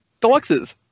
Deluxes